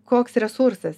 koks resursas